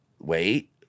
wait